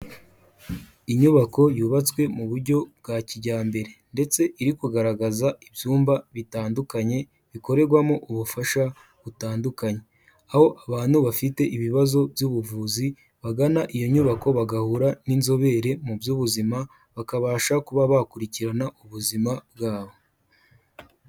Inyubako yubatswe mu buryo bwa kijyambere ndetse iri kugaragaza ibyumba bitandukanye bikorerwamo ubufasha butandukanye, aho abantu bafite ibibazo by'ubuvuzi, bagana iyo nyubako bagahura n'inzobere mu by'ubuzima, bakabasha kuba bakurikirana ubuzima bwabo.